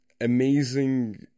amazing